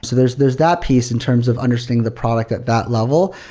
so there's there's that piece in terms of understanding the product at that level.